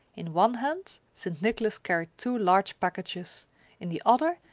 in one hand st. nicholas carried two large packages in the other,